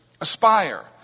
aspire